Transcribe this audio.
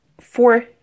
four